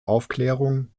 aufklärung